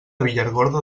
villargordo